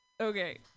Okay